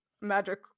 magic